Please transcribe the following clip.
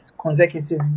consecutive